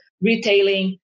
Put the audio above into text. retailing